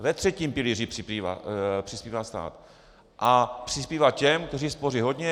Ve třetím pilíři přispívá stát a přispívá těm, kteří spoří hodně.